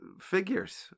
figures